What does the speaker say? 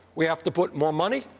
we have to put more money.